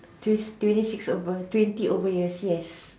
twenty twenty six over twenty over years yes